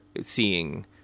seeing